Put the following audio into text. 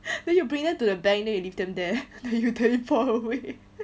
then you bring them to the bank then you leave them there then teleport away